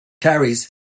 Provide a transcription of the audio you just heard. carries